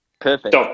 Perfect